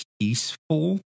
peaceful